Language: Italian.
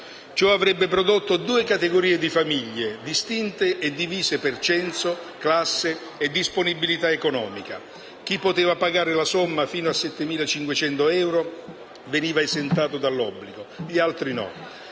Ciò avrebbe prodotto due categorie di famiglie, distinte e divise per censo, classe e disponibilità economica: chi poteva pagare la somma fino a euro 7.500 veniva esentato dall'obbligo, gli altri no.